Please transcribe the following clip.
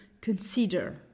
consider